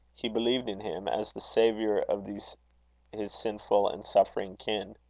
he believed in him as the saviour of these his sinful and suffering kin.